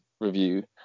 review